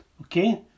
okay